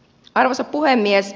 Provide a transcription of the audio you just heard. arvoisa puhemies